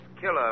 killer